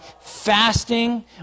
fasting